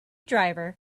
driver